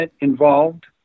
involved